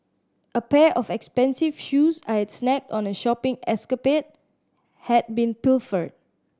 a pair of expensive shoes I had snagged on a shopping escapade had been pilfered